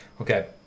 Okay